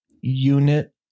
unit